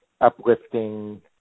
uplifting